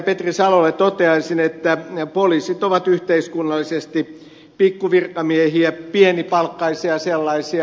petri salolle toteaisin että poliisit ovat yhteiskunnallisesti pikkuvirkamiehiä pienipalkkaisia sellaisia